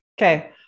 Okay